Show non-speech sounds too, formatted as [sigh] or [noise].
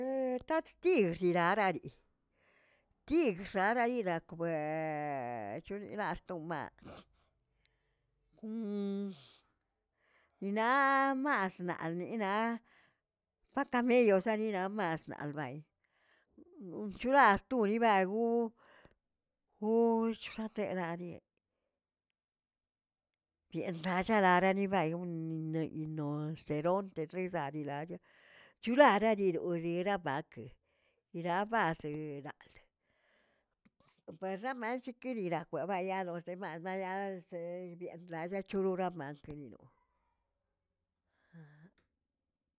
[hesitation] taꞌttir tirarari tigr rarariragakbəee, chonlilallꞌ tomashꞌ, [hesitation] naꞌmas naꞌliꞌnaꞌa ba kameyos naninamas albayi, [hesitation] chuaꞌasto libagu'u guꞌu chjatelaliꞌi, piernachi raranibayun yinuseronte zizarilalli chularaꞌarirori bakeꞌe yiraꞌbase daꞌld per naa manchkirinila kwebaꞌa ya los demás bayalzeꞌe biꞌechnaꞌ chiruraꞌa mankininoꞌo. [hesitation]